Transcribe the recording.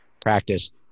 practice